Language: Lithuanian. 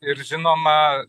ir žinoma